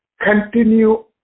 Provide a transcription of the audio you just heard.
continue